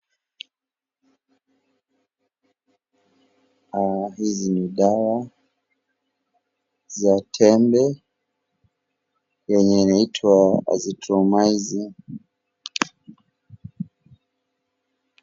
Aah, hizi ni dawa za tembe yenye inaitwa [azithromycin].